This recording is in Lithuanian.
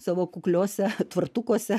savo kukliose tvartukuose